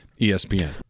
espn